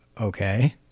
Okay